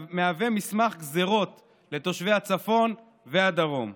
מהווה מסמך גזרות לתושבי הצפון והדרום.